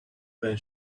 when